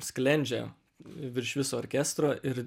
sklendžia virš viso orkestro ir